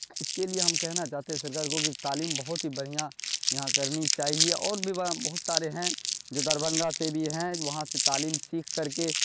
اس کے لیے ہم کہنا چاہتے ہے سرکار کو کہ تعلیم بہت ہی بڑھیا یہاں کرنی چاہیے اور بھی بہت سارے ہیں جو دربھنگہ سے بھی ہیں وہاں سے تعلیم سیکھ کر کے